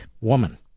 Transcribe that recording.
woman